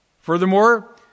Furthermore